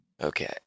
Okay